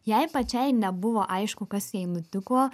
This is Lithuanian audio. jai pačiai nebuvo aišku kas jai nutiko